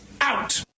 out